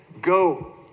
Go